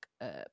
up